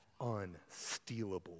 unstealable